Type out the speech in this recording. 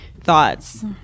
thoughts